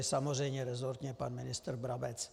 Samozřejmě resortně pan ministr Brabec.